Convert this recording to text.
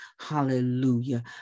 Hallelujah